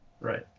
right